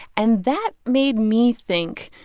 and that made me think,